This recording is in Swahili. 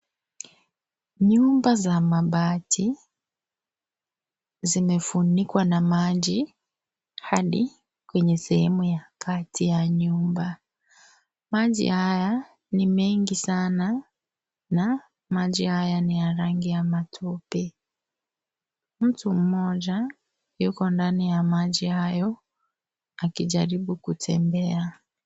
Nyumba za mabati zimefunikwa na maji hadi kwenye sehemu ya kati ya nyumba. Maji haya ni mengi sana na maji haya ni ya rangi ya matope. Mtu mmoja yuko ndani ya maji hayo akijaribu kutembea.